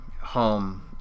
home